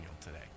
today